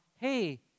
hey